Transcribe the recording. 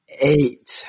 eight